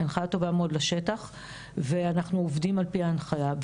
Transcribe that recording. היא הנחיה טובה מאוד לשטח ואנחנו עובדים על פי ההנחיה.